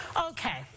Okay